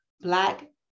Black